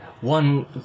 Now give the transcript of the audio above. one